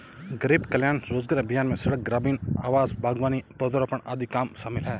गरीब कल्याण रोजगार अभियान में सड़क, ग्रामीण आवास, बागवानी, पौधारोपण आदि काम शामिल है